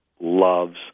loves